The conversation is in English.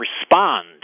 respond